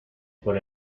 por